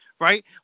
right